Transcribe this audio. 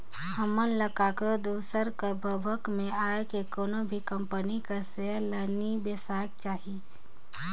हमन ल काकरो दूसर कर भभक में आए के कोनो भी कंपनी कर सेयर ल नी बेसाएक चाही